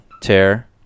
tear